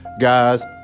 guys